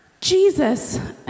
Jesus